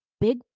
big